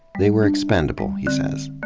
they were expendable, he says.